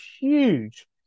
huge